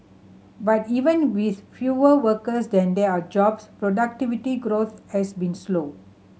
but even with fewer workers than there are jobs productivity growth has been slow